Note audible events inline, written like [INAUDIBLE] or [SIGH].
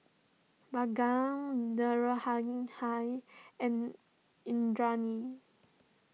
Bhagat [UNINTELLIGIBLE] and Indranee